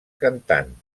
cantant